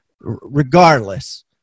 regardless